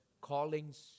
Callings